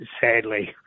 sadly